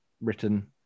written